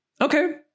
Okay